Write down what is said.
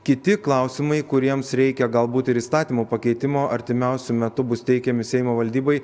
kiti klausimai kuriems reikia galbūt ir įstatymo pakeitimo artimiausiu metu bus teikiami seimo valdybai